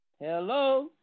Hello